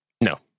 No